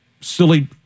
silly